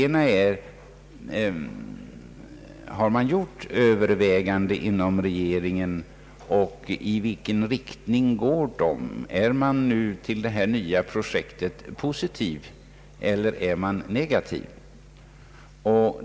Min första fråga är: Har regeringen gjort överväganden och i vilken riktning går de i så fall; är regeringen positivt eller negativt inställd till projektet?